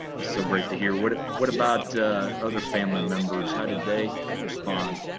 ah so great to hear. what ah what about other family members, how did they respond?